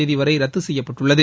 தேதிவரை ரத்து செய்யப்பட்டுள்ளது